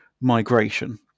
migration